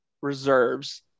reserves